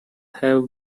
have